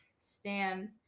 stan